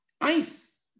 ice